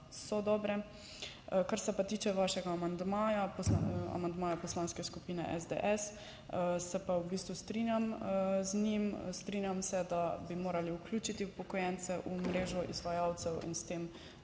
so dobre. Kar se pa tiče vašega amandmaja, amandmaja Poslanske skupine SDS, se pa v bistvu strinjam z njim. Strinjam se, da bi morali vključiti upokojence v mrežo izvajalcev in s tem